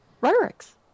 rhetorics